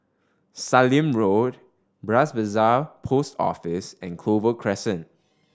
Sallim Road Bras Basah Post Office and Clover Crescent